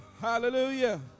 hallelujah